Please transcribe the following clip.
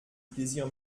plaisir